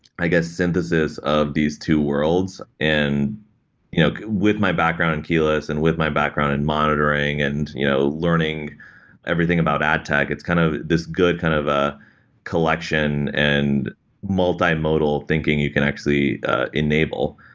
i guess, synthesis of these two worlds. you know with my background in keyless and with my background in monitoring and you know learning everything about ad tech, it's kind of this good kind of ah collection and multimodal thinking you can actually enable.